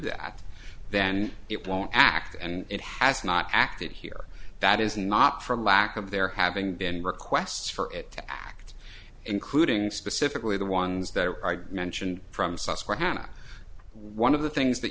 that then it won't act and it has not acted here that is not for lack of there having been requests for it to act including specifically the ones that are mentioned from such for hannah one of the things that